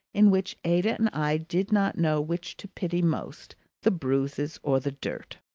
in which ada and i did not know which to pity most the bruises or the dirt.